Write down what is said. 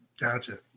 Gotcha